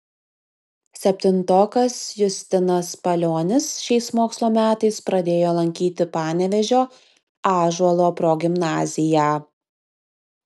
septintokas justinas palionis šiais mokslo metais pradėjo lankyti panevėžio ąžuolo progimnaziją